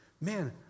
man